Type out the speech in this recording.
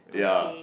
yeah